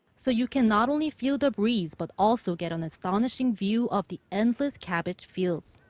so you can not only feel the breeze but also get an astonishing view of the endless cabbage fields.